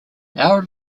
our